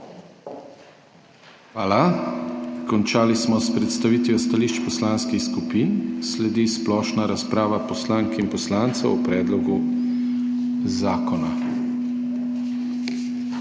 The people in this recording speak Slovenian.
Hvala. Končali smo s predstavitvijo stališč poslanskih skupin. Sledi splošna razprava poslank in poslancev o predlogu zakona.